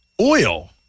Oil